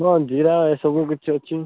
ହଁ ଜିରା ଏସବୁ କିଛି ଅଛି